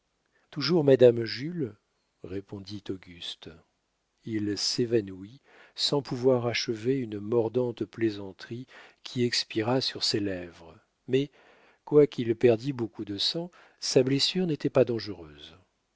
toujours madame jules répondit auguste il s'évanouit sans pouvoir achever une mordante plaisanterie qui expira sur ses lèvres mais quoiqu'il perdît beaucoup de sang sa blessure n'était pas dangereuse